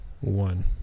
one